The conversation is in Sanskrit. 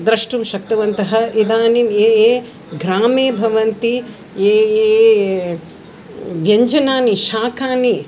द्रष्टुं शक्नुवन्तः इदानीं ये ये ग्रामे भवन्ति ये ये व्यञ्जनानि शाखानि